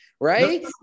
right